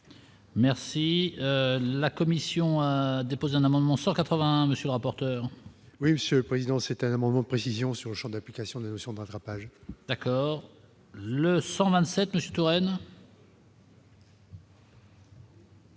Merci la commission déposé un amendement 180 monsieur le rapporteur. Oui, Monsieur le Président, c'est un amendement précisions sur le Champ d'application de notion de rattrapage. D'accord, le 127 le Touraine.